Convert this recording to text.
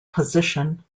position